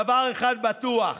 דבר אחד בטוח: